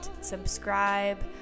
subscribe